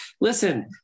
listen